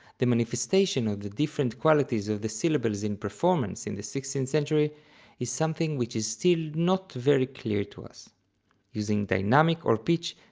the manifestation of the different qualities of the syllables in performance in the sixteenth century is something which is still not very clear to us using dynamics or pitch,